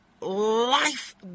life